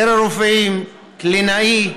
פארה-רפואיים, קלינאי תקשורת,